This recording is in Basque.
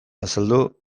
azaldu